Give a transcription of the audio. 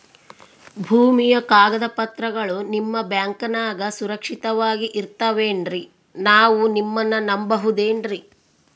ಭೂಮಿಯ ಕಾಗದ ಪತ್ರಗಳು ನಿಮ್ಮ ಬ್ಯಾಂಕನಾಗ ಸುರಕ್ಷಿತವಾಗಿ ಇರತಾವೇನ್ರಿ ನಾವು ನಿಮ್ಮನ್ನ ನಮ್ ಬಬಹುದೇನ್ರಿ?